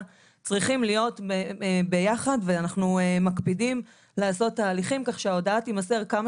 צריכים להיות ביחד ואנחנו מקפידים לעשות את ההליכים כך שההודעה תימסר כמה